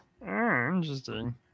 Interesting